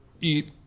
eat